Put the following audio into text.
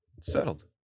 Settled